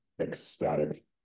ecstatic